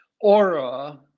aura